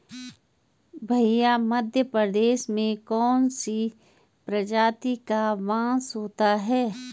भैया मध्य प्रदेश में कौन सी प्रजाति का बांस होता है?